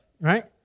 right